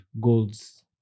goals